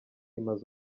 imaze